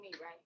right